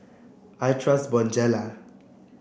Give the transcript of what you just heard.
I trust Bonjela